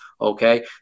Okay